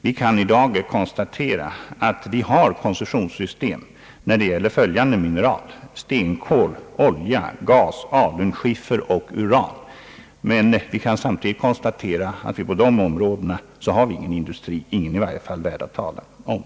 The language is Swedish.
Vi kan i dag konstatera att vi har koncessionssystem när det gäller följande mineral: stenkol, olja, gas, alunskiffer och uran. Men vi kan samtidigt konstatera att på de områdena har vi ingen industri, i varje fall ingen värd att tala om.